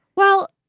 well,